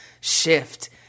shift